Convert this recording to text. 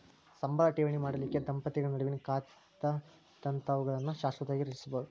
ಸಂಬಳ ಠೇವಣಿ ಮಾಡಲಿಕ್ಕೆ ದಂಪತಿಗಳ ನಡುವಿನ್ ಖಾತಾದಂತಾವುಗಳನ್ನ ಶಾಶ್ವತವಾಗಿ ರಚಿಸ್ಬೋದು